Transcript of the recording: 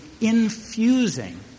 infusing